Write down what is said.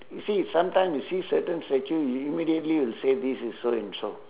you see sometime you see certain statue you immediately will say this is so and so